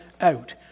out